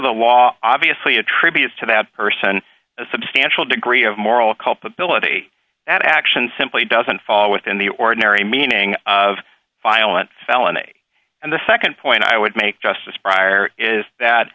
the law obviously attributes to that person a substantial degree of moral culpability that action simply doesn't fall within the ordinary meaning of violent felony and the nd point i would make just as prior is that